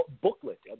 booklet